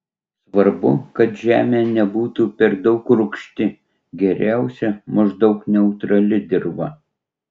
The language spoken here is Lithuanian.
svarbu kad žemė nebūtų per daug rūgšti geriausia maždaug neutrali dirva